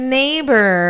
neighbor